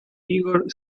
igor